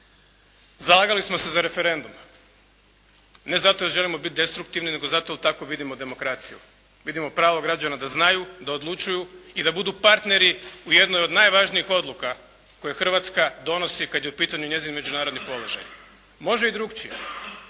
Zalagali smo se za referendum. Ne zato jer želimo biti destruktivni nego zato jer tako vidimo demokraciju. Vidimo pravo građana da znaju, da odlučuju i da budu partneri u jednoj od najvažnijih odluka koje Hrvatska donosi kad je u pitanju njezin međunarodni položaj. Može i drukčije.